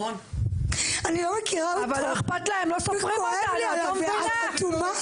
אני לא מכירה אותו כואב לי עליו, את אטומה?